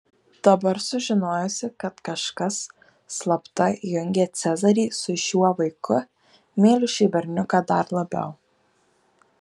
dabar sužinojusi kad kažkas slapta jungia cezarį su šiuo vaiku myliu šį berniuką dar labiau